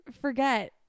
forget